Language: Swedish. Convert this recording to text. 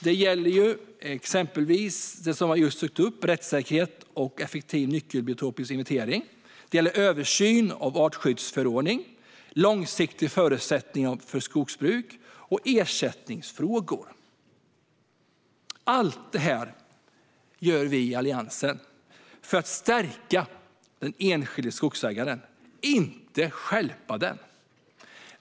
Det gäller exempelvis det som jag nyss tog upp, rättssäkerhet och effektiv nyckelbiotopsinventering, liksom översyn av artskyddsförordningen, långsiktiga förutsättningar för skogsbruk och ersättningsfrågor. Allt detta gör vi i Alliansen för att stärka den enskilde skogsägaren, inte stjälpa den.